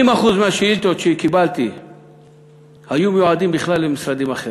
80% מהשאילתות שקיבלתי היו מיועדות בכלל למשרדים אחרים,